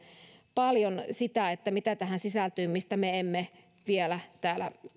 paljon siitä mitä tähän sisältyy mistä me emme vielä